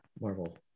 Marvel